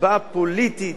הצבעה פוליטית,